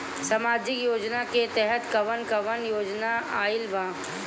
सामाजिक योजना के तहत कवन कवन योजना आइल बा?